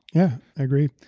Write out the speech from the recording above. yeah, i agree.